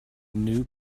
new